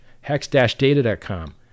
hex-data.com